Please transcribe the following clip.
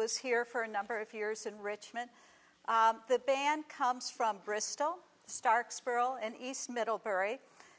was here for a number of pierce and richmond the band comes from bristol stark's pearl and east middlebury